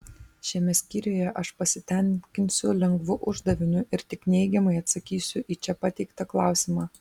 šiame skyriuje aš pasitenkinsiu lengvu uždaviniu ir tik neigiamai atsakysiu į čia pateiktą klausimą